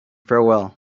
farewell